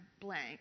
blank